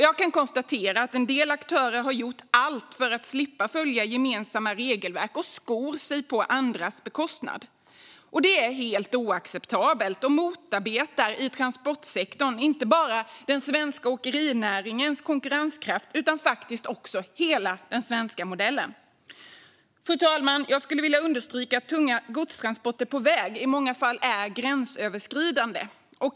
Jag kan konstatera att en del aktörer har gjort allt för att slippa följa gemensamma regelverk och skor sig på andras bekostnad. Det är helt oacceptabelt och motarbetar i transportsektorn inte bara den svenska åkerinäringens konkurrenskraft utan faktiskt också hela den svenska modellen. Fru talman! Jag vill understryka att tunga godstransporter på väg i många fall är gränsöverskridande.